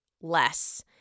less